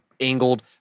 angled